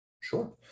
Sure